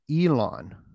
Elon